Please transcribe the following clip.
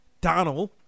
Donald